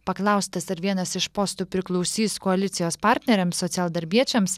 paklaustas ar vienas iš postų priklausys koalicijos partneriams socialdarbiečiams